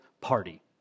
party